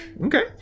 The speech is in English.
Okay